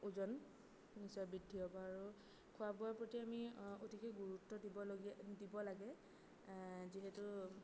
ওজন নিশ্চয় বৃদ্ধি হ'ব আৰু খোৱা বোৱাৰ প্ৰতি আমি অতিকে গুৰুত্ব দিবলগীয়া দিব লাগে যিহেতু